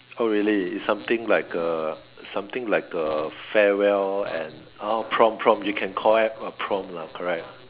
oh really is something like a something like a farewell and uh prom prom you can call that a prom lah correct